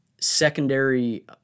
secondary